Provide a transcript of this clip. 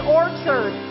orchard